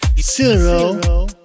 Zero